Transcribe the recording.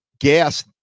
gas